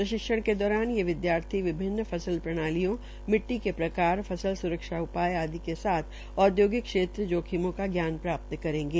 प्रशिक्षण दौरान ये विदयार्थी विभिन्न फसल प्रणालियों मिट्टी के प्रकार फसल स्रक्षा उपाय आदि के साथ औद्योगिक क्षेत्र के जोखिमों का ज्ञान प्राप्त करेंगे